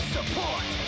Support